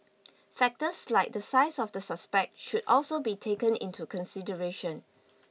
factors like the size of the suspect should also be taken into consideration